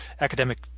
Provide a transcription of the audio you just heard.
academic